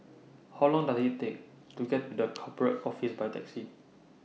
How Long Does IT Take to get to The Corporate Office By Taxi